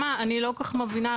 גם אני לא כל כך מבינה,